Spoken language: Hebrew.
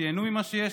שייהנו ממה שיש,